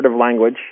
language